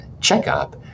checkup